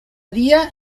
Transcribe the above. dia